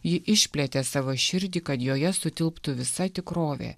ji išplėtė savo širdį kad joje sutilptų visa tikrovė